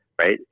right